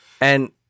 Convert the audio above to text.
And-